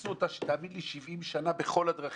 ניסו אותה, תאמין לי, 70 שנה בכל הדרכים.